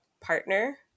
partner